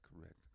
correct